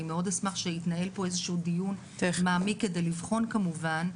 אני מאוד אשמח שיתנהל פה איזה שהוא דיון מעמיק כדי לבחון כמובן.